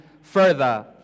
further